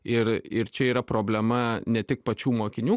ir ir čia yra problema ne tik pačių mokinių